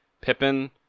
Pippin